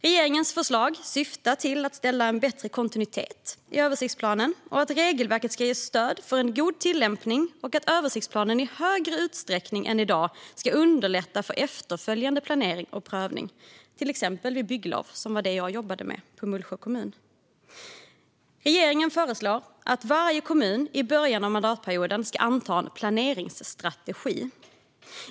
Regeringens förslag syftar till att säkerställa bättre kontinuitet i översiktsplaneringen, att regelverket ska ge stöd för en god tillämpning och att översiktsplanen i större utsträckning än i dag ska underlätta för efterföljande planering och prövning, till exempel vid bygglov, som jag jobbade med på Mullsjö kommun. Regeringen föreslår att varje kommun i början av mandatperioden ska anta en planeringsstrategi.